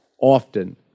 often